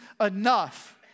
enough